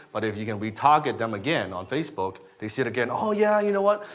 but if you can re-target them again on facebook, they see it again, oh, yeah, you know what,